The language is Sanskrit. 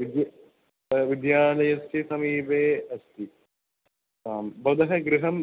विद्युत् विद्यालयस्य समीपे अस्ति आं भवतः गृहं